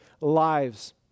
lives